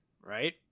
right